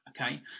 Okay